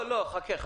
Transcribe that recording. חכה.